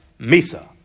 Misa